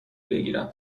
بگیرم